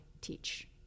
teach